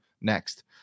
Next